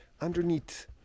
underneath